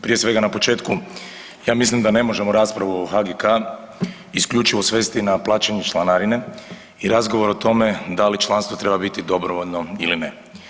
Prije svega na početku ja mislim da ne možemo raspravu o HGK isključivo svesti na plaćanje članarine i razgovor o tome da li članstvo treba biti dobrovoljno ili ne.